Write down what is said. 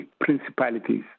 principalities